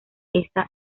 esa